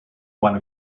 one